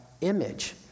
image